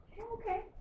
Okay